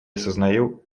сознаю